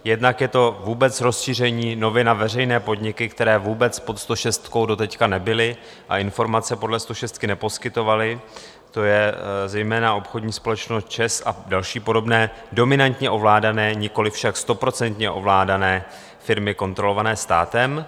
Jednak je to vůbec rozšíření nově na veřejné podniky, které vůbec pod stošestkou doteď nebyly a informace podle stošestky neposkytovaly, to je zejména obchodní společnost ČEZ a další podobné dominantně ovládané, nikoliv však stoprocentně ovládané firmy kontrolované státem.